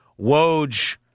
Woj